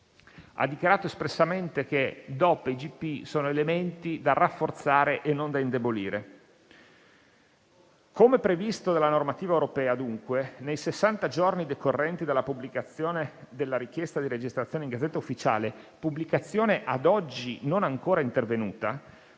ha dichiarato espressamente che DOP e IGP sono elementi da rafforzare e non da indebolire. Come previsto dalla normativa europea, dunque, nei sessanta giorni decorrenti dalla pubblicazione della richiesta di registrazione in *Gazzetta Ufficiale* (pubblicazione ad oggi non ancora intervenuta)